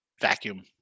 Vacuum